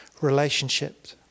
relationships